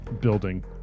building